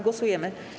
Głosujemy.